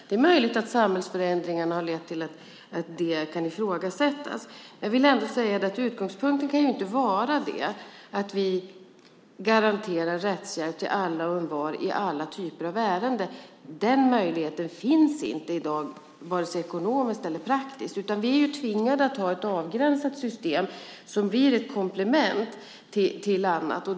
Det är möjligt att samhällsförändringarna har lett till att det kan ifrågasättas. Jag vill ändå säga att utgångspunkten inte kan vara att vi garanterar rättshjälp till alla och envar i alla typer av ärenden. Den möjligheten finns inte i dag vare sig ekonomiskt eller praktiskt. Vi är tvingade att ha ett avgränsat system som blir ett komplement till annat.